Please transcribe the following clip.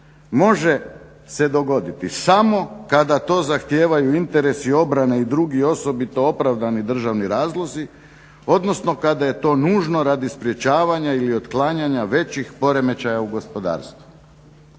može se dogoditi samo kada to zahtijevaju interesi obrane i drugi osobito opravdani državni razlozi odnosno kada je to nužno radi sprečavanja ili otklanjanja većih poremećaja u gospodarstvu.